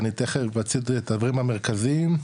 את הדברים המרכזיים,